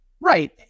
Right